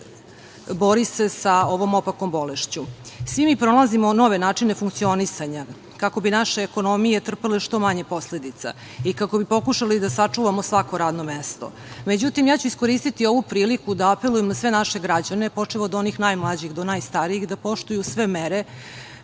i bori se sa ovom opakom bolešću. Svi mi pronalazimo nove načine funkcionisanja, kako bi naše ekonomije trpele što manje posledica i kako bi pokušali da sačuvamo svako radno mesto.Međutim, iskoristiću ovu priliku da apelujem na sve naše građane, počev od onih najmlađih do najstarijih, da poštuju sve